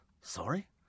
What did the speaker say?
Sorry